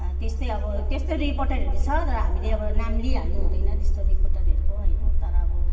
त्यस्तै अब त्यस्तै रिपोर्टरहरू छ र हामीले अब नाम लिइहाल्नु हुँदैन त्यस्तो रिपोर्टरहरूको होइन